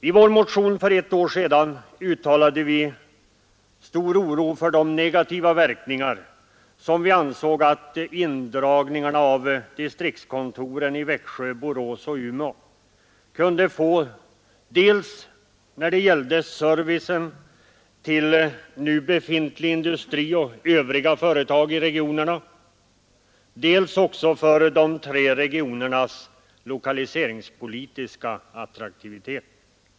I vår motion för ett år sedan uttalade vi stor oro för de negativa verkningar som vi ansåg att indragningarna av distriktskontoren i Växjö, Borås och Umeå kunde få dels när det gällde servicen till nu befintlig industri och övriga företag i regionerna, dels också för de tre regionernas lokaliseringspolitiska attraktivitet.